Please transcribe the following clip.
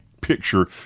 picture